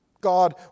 God